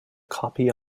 copy